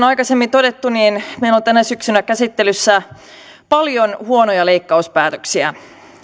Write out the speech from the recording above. aikaisemmin todettu niin meillä on tänä syksynä käsittelyssä paljon huonoja leikkauspäätöksiä